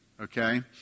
Okay